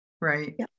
Right